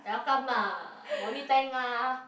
welcome lah no need thank ah